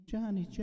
Johnny